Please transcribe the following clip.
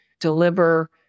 deliver